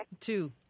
Two